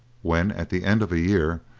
when, at the end of a year,